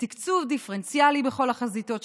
בתקצוב דיפרנציאלי בכל החזיתות,